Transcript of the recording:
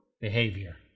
behavior